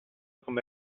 come